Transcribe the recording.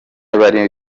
bari